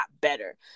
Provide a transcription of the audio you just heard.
better